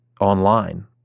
online